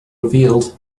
revealed